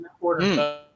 quarter